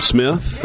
Smith